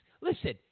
listen